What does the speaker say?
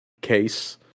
case